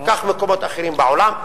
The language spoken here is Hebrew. קח מקומות אחרים בעולם,